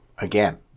again